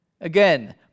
Again